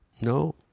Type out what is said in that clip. No